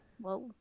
Whoa